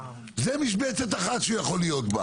זו משבצת אחת שהוא יכול להיות בה